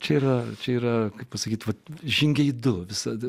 čia yra čia yra kaip pasakyti kad žingeidu visada